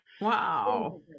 Wow